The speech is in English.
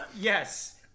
Yes